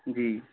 जी